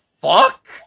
fuck